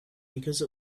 because